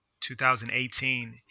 2018